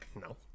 No